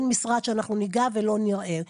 אין משרד שאנחנו ניגע ולא נראה.